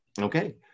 Okay